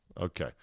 Okay